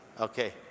Okay